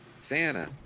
Santa